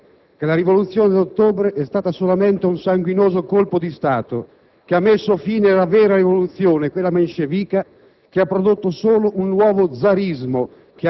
È stato esplicitamente detto, signor Presidente, che la Rivoluzione d'ottobre è stata solamente un sanguinoso colpo di Stato, che ha messo fine alla vera rivoluzione, quella menscevica,